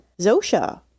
Zosha